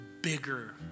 bigger